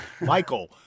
michael